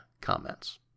comments